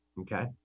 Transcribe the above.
Okay